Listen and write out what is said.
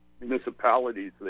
municipalities